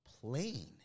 Plain